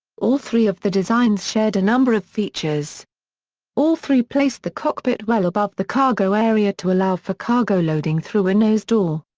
all three of the designs shared a number of features all three placed the cockpit well above the cargo area to allow for cargo loading through a nose door.